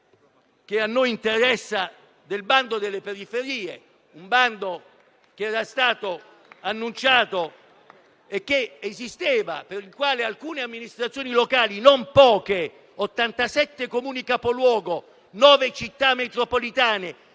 che a noi interessa, del bando delle periferie: un bando annunciato, per il quale alcune amministrazioni locali (non poche: 87 Comuni capoluogo, 9 Città metropolitane